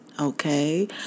okay